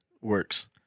works